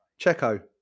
Checo